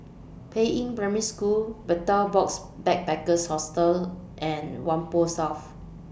Peiying Primary School Betel Box Backpackers Hostel and Whampoa South